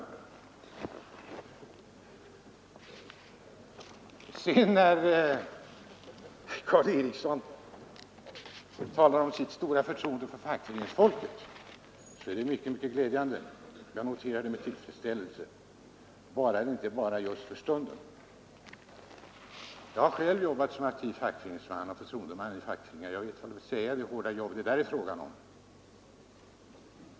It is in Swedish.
När sedan Karl Erik Eriksson talar om sitt stora förtroende för fackföreningsfolket noterar jag det med tillfredsställelse — bara det inte är sagt just för stunden. Jag har själv jobbat som aktiv fackföreningsman och förtroendeman i fackliga sammanhang. Jag vet vilket hårt jobb det är fråga om.